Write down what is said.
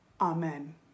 Amen